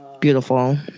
beautiful